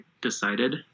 decided